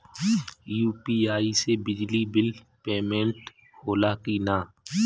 UPI से बिजली bill payment होला कि न?